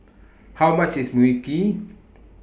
How much IS Mui Kee